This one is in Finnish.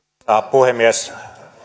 puhemies